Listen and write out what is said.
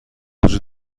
وجود